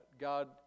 god